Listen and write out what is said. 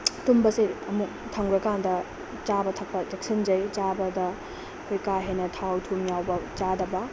ꯇꯨꯝꯕꯁꯦ ꯑꯃꯨꯛ ꯊꯝꯈ꯭ꯔꯀꯥꯟꯗ ꯆꯥꯕ ꯊꯛꯄ ꯆꯦꯛꯁꯤꯟꯖꯩ ꯆꯥꯕꯗ ꯑꯩꯈꯣꯏ ꯀꯥ ꯍꯦꯟꯅ ꯊꯥꯎ ꯊꯨꯝ ꯌꯥꯎꯕ ꯆꯥꯗꯕ